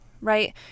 right